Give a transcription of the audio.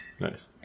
nice